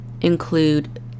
include